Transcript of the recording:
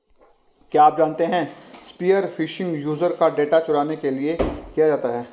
क्या आप जानते है स्पीयर फिशिंग यूजर का डेटा चुराने के लिए किया जाता है?